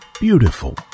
Beautiful